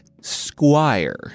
squire